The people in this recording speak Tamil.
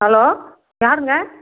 ஹலோ யாருங்க